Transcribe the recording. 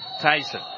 Tyson